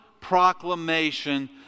proclamation